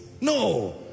no